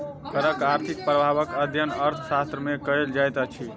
करक आर्थिक प्रभावक अध्ययन अर्थशास्त्र मे कयल जाइत अछि